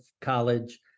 college